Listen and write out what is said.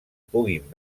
puguin